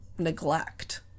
neglect